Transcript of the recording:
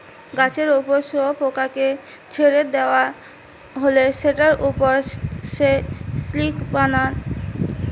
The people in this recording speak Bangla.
গাছের উপর শুয়োপোকাকে ছেড়ে দিয়া হলে সেটার উপর সে সিল্ক বানায়